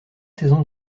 saisons